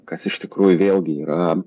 kas iš tikrųjų vėlgi yra